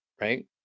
Right